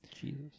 Jesus